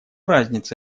разница